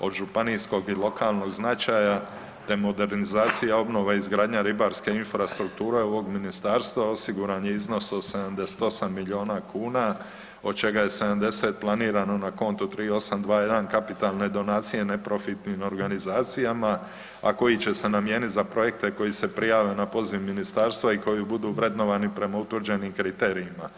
od županijskog i lokalnog značaja, te modernizacija, obnova i izgradnja ribarske infrastrukture ovoga ministarstva osiguran je iznos od 78 milijona kuna, od čega je 70 planirano na konto 3821 kapitalne donacije neprofitnim organizacijama, a koji će se namijenit za projekte koji se prijave na poziv ministarstva i koji budu vrednovani prema utvrđenim kriterijima.